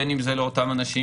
בין אם זה לאותם אנשים,